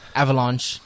avalanche